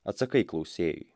atsakai klausėjui